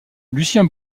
lucien